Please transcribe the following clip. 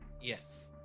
Yes